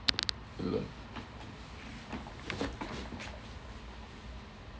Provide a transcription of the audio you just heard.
hello